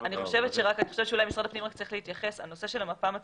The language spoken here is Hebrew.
אני חושבת שמשרד הפנים צריך להתייחס לנושא של המפה המצבית.